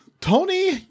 Tony